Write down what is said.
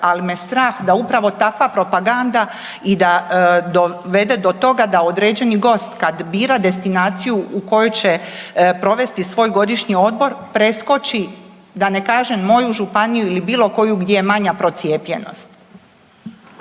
Ali me strah da upravo takva propaganda da dovede do toga da određeni gost kad bira destinaciju u kojoj će provesti svoj godišnji odmor preskoči da ne kažem moju županiju ili bilo koju gdje je manja procijepljenost.